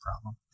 problem